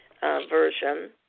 version